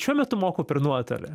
šiuo metu mokau per nuotolį